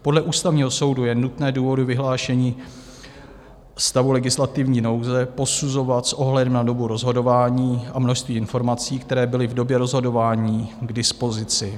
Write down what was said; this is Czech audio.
Podle Ústavního soudu je nutné důvody vyhlášení stavu legislativní nouze posuzovat s ohledem na dobu rozhodování a množství informací, které byly v době rozhodování k dispozici.